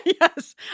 Yes